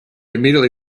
immediately